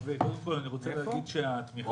אני רוצה רק לחדד שהארנונה